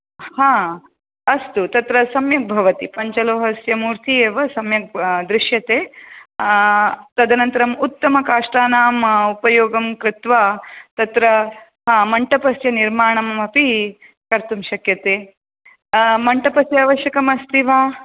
हा अस्तु तत्र सम्यक् भवति पञ्चलोहस्य मूर्ति एव सम्यक् दृश्यते तदनन्तरम् उत्तमकाष्ठानाम् उपयोगं कृत्वा तत्र हा मण्टपस्य निर्माणमपि कर्तुं शक्यते मण्टपस्य अवश्यकमस्ति वा